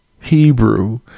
Hebrew